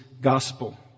gospel